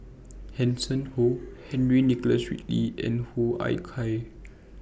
Hanson Ho Henry Nicholas Ridley and Hoo Ah Kay